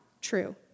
true